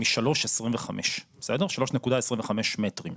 מ-3.25 מטרים.